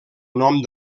nom